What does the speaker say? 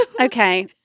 okay